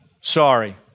Sorry